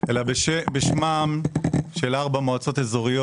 אלא בשמן של ארבע מועצות אזוריות.